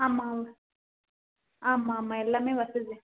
ஆமாம் ஆமாம் ஆமாம் எல்லாமே வசதி